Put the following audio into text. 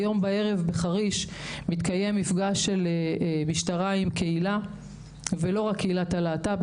הערב בחריש מתקיים מפגש של משטרה עם קהילה ולא רק קהילת הלהט"ב,